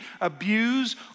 abuse